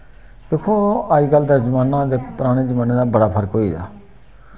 दिक्खो अजकल दा जमाना ते पराने जमाने दा बड़ा फर्क होई गेदा